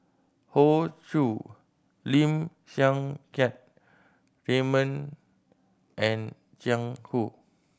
Hoey Choo Lim Siang Keat Raymond and Jiang Hu